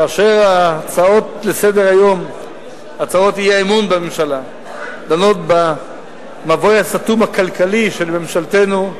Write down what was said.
כאשר הצעות האי-אמון בממשלה דנות במבוי הסתום הכלכלי של ממשלתנו,